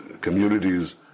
communities